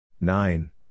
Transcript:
Nine